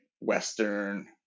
Western